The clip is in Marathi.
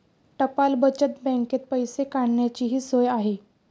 टपाल बचत बँकेत पैसे काढण्याचीही सोय आहे